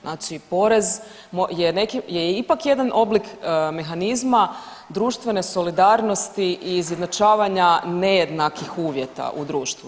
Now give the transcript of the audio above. Znači porez je ipak jedan oblik mehanizma društvene solidarnosti i izjednačavanja nejednakih uvjeta u društvu.